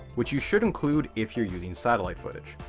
which you should include if you're using satellite footage.